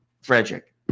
Frederick